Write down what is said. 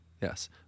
yes